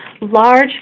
large